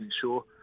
sure